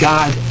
God